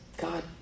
God